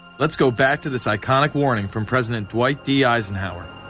let's go back to this iconic warning from president dwight d. eisenhower.